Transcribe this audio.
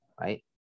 right